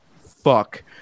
fuck